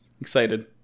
Excited